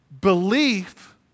Belief